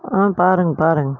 ஆ பாருங்கள் பாருங்கள்